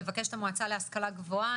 לבקש את המועצה להשכלה גבוהה,